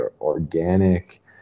organic